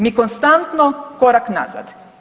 Mi konstantno korak nazad.